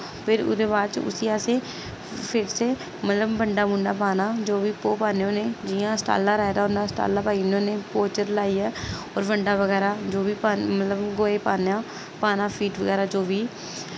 फिर ओह्दे बाद च उसी असें फिर से मतलब बंडा बुंडा पाना जो बी भौह् पान्ने होन्ने जियां छटाल्ला रहाए दा होंदा छटाल्ला पाई ओड़ने होन्ने भौह् च रलाइयै होर बंडा बगैरा जो बी पा मतलब गवै गी पान्ने आं पाना फीड बगैरा जो बी